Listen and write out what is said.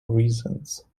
reasons